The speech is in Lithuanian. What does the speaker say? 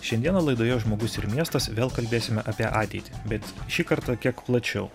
šiandien laidoje žmogus ir miestas vėl kalbėsime apie ateitį bet šį kartą kiek plačiau